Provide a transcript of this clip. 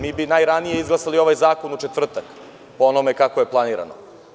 Mi bi najranije izglasali ovaj zakon u četvrtak, po onome kako je planirano.